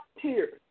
tears